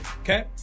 Okay